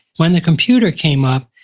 when the computer came up,